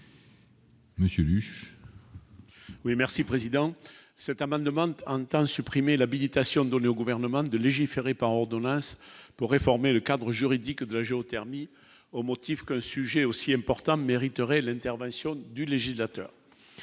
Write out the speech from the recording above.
Monsieur le juge. Oui merci président cet amendement d'entend supprimer l'habilitation donnée au gouvernement de légiférer par ordonnances pour réformer le cadre juridique de la géothermie, au motif que un sujet aussi important mériterait l'intervention du législateur,